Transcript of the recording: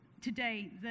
today